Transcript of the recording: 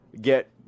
get